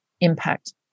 impact